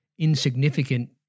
insignificant